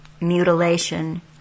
mutilation